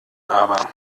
aber